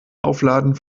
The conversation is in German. aufladen